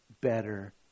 better